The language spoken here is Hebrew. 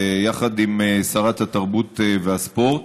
יחד עם שרת התרבות והספורט,